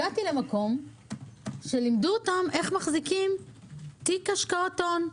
הגעתי למקום שלימדו אותם איך מחזיקים תיק השקעות הון.